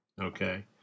Okay